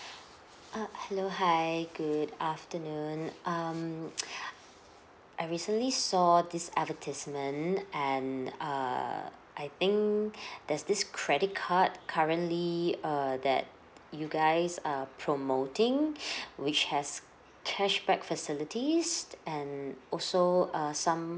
uh hello hi good afternoon um I recently saw this advertisement and err I think there's this credit card currently err that you guys are promoting which has cashback facilities and also uh some